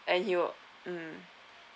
and you mm